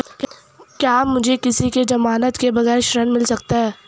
क्या मुझे किसी की ज़मानत के बगैर ऋण मिल सकता है?